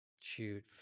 shoot